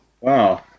wow